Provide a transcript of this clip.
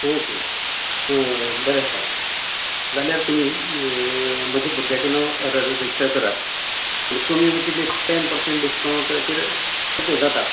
okay ब बरें आसा जाल्यार तुमी म्हाज्या भुरग्यांचें नांव र रजिस्टर करात पूण कमी म्हळ्यार कितली टेन पर्संट डिस्कावन्टाचेर ओके जाता